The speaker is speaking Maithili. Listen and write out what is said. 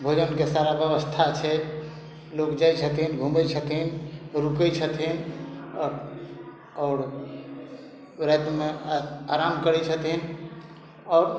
भोजनके सारा व्यवस्था छै लोक जाइ छथिन घुमय छथिन रुकय छथिन आओर आओर रातिमे आराम करय छथिन आओर